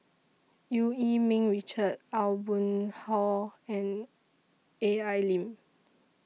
EU Yee Ming Richard Aw Boon Haw and A L Lim